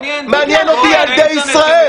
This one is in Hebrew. מעניין אותי ילדי ישראל.